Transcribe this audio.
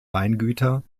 weingüter